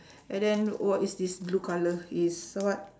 and then what is this blue colour is what